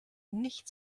nicht